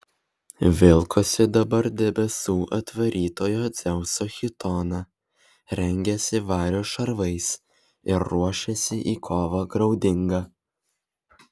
vilkosi dabar debesų atvarytojo dzeuso chitoną rengėsi vario šarvais ir ruošėsi į kovą graudingą